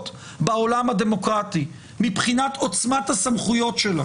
בעולם הדמוקרטי מבחינת עוצמת הסמכויות שלה.